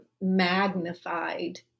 magnified